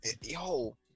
Yo